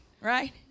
right